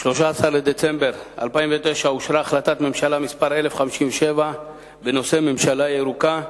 ב-13 בדצמבר 2009 אושרה החלטת ממשלה מס' 1057 בנושא "ממשלה ירוקה"